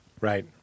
Right